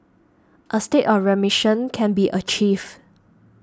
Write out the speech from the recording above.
a state of remission can be achieved